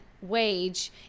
wage